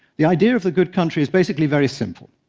the idea of the good country is basically very simple.